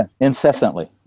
Incessantly